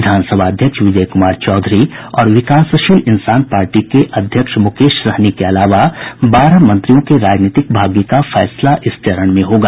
विधानसभा अध्यक्ष विजय कुमार चौधरी और विकासशील इंसान पार्टी के अध्यक्ष मुकेश सहनी के अलावा बारह मंत्रियों के राजनैतिक भाग्य का फैसला इस चरण में होगा